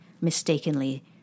mistakenly